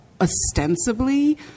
ostensibly